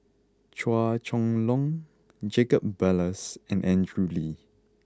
Chua Chong Long Jacob Ballas and Andrew Lee